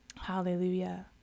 Hallelujah